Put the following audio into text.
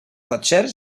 cotxer